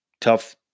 tough